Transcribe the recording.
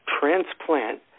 transplant